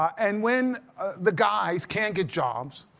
and when the guys can't get jobs,